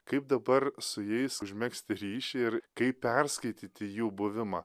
kaip dabar su jais užmegzti ryšį ir kaip perskaityti jų buvimą